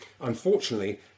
Unfortunately